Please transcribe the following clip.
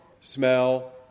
smell